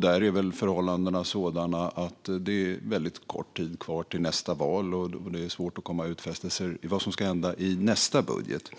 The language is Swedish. Där är väl förhållandena sådana att det är väldigt kort tid kvar till nästa val, och det är svårt att komma med utfästelser om vad som ska hända i nästa budget.